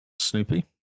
Snoopy